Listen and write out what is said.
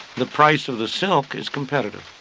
the price of the silk is competitive.